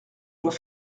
joie